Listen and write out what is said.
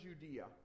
Judea